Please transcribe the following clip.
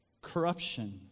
corruption